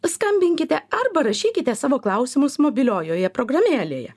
skambinkite arba rašykite savo klausimus mobiliojoje programėlėje